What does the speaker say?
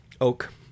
Oak